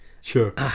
sure